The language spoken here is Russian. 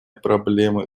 проблемы